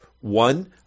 One